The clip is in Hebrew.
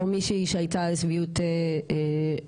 לא מישהי שהייתה לשביעות רצוני.